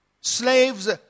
Slaves